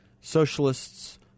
socialists